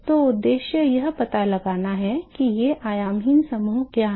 तो उद्देश्य यह पता लगाना है कि ये आयामहीन समूह क्या हैं